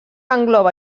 engloba